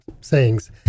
sayings